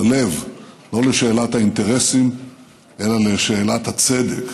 ללב, לא לשאלת האינטרסים אלא לשאלת הצדק.